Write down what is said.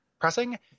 pressing